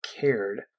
cared